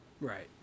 Right